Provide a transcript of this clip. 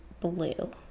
blue